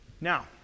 Now